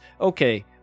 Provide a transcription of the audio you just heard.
okay